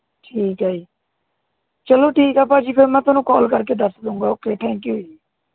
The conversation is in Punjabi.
ਠੀਕ ਹੈ ਜੀ ਚਲੋ ਠੀਕ ਹੈ ਭਾਅ ਜੀ ਫਿਰ ਮੈ ਤੁਹਾਨੂੰ ਕੋਲ ਕਰਕੇ ਦੱਸ ਦੇਵਾਂਗਾ ਓਕੇ ਥੈਂਕ ਯੂ ਜੀ